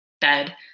bed